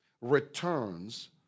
returns